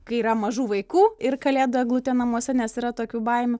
kai yra mažų vaikų ir kalėdų eglutė namuose nes yra tokių baimių